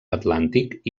atlàntic